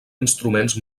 instruments